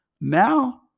Now